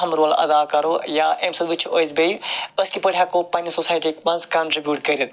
اکھ اہم رول ادا کرو یا امہ سۭتۍ وٕچھو أسۍ بیٚیہِ أسۍ کِتھ پٲٹھۍ ہیٚکو پَننہ سوسایٹی مَنٛز کَنٹربیوٗٹ کٔرِتھ